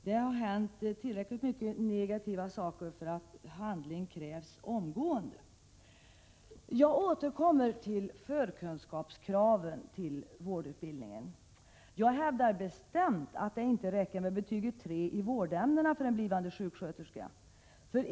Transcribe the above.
Det har hänt tillräckligt många negativa saker för att handling skall krävas omgående. Jag vill återkomma till kraven på förkunskaper när det gäller vårdutbildningen. Jag hävdar bestämt att det inte räcker med betyget 3 i vårdämnena för en blivande sjuksköterska.